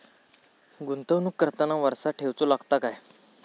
गुंतवणूक करताना वारसा ठेवचो लागता काय?